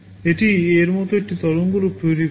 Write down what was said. এটি এর মতো একটি তরঙ্গরূপ তৈরি করবে